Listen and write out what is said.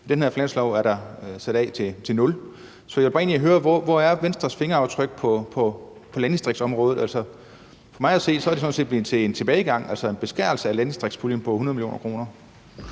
det her finanslovsforslag afsat til nul. Så jeg vil egentlig bare høre, hvor Venstres fingeraftryk på landdistriktsområdet er. For mig at se er det sådan set blevet til en tilbagegang, altså en beskæring, af landdistriktspuljen på 100 mio. kr.